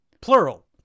Plural